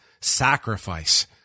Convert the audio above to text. Sacrifice